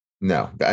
no